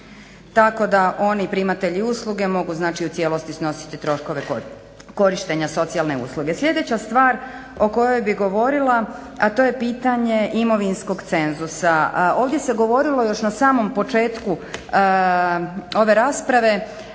Tako da oni primatelji usluge, mogu znači u cijelosti snositi troškove korištenja socijalne usluge. Sljedeća stvar o kojoj bih govorila, a to je pitanje imovinskog cenzusa. Ovdje se govorilo još na samom početku ove rasprave